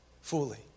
fully